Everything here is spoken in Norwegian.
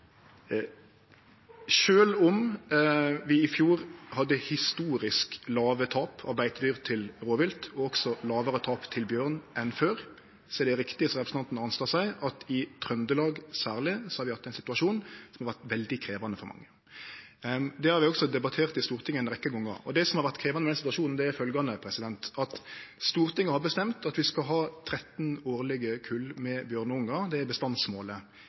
om vi i fjor hadde historisk låge tap av beitedyr til rovvilt og også lågare tap til bjørn enn før, er det riktig som representanten Arnstad seier, at særleg i Trøndelag har vi hatt ein situasjon som har vore veldig krevjande for mange. Det har vi også debattert i Stortinget ei rekkje gonger. Det som har vore krevjande med denne situasjonen, er følgjande: Stortinget har bestemt at vi skal ha 13 årlege kull med bjørneungar – det er bestandsmålet.